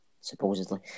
supposedly